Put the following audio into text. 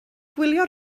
gwylio